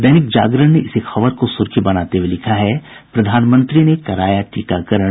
दैनिक जागरण ने इसी खबर को सुर्खी बनाते हुए लिखा है प्रधानमंत्री ने कराया टीकाकरण